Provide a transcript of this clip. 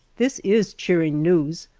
this is cheering news,